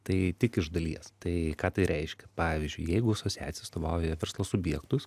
tai tik iš dalies tai ką tai reiškia pavyzdžiui jeigu asociacija atstovauja verslo subjektus